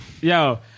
Yo